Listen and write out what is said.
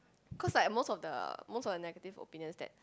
cause like most of the most of the negative opinions that